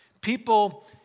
People